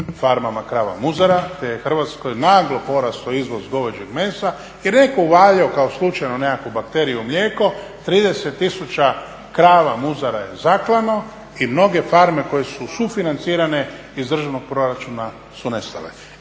farmama krava muzara te je Hrvatskoj naglo porastao izvoz goveđeg mesa jer je netko uvaljao kao slučajno nekakvu bakteriju u mlijeko, 30 tisuća krava muzara je zaklano i mnoge farme koje su sufinancirane iz državnog proračuna su nestale.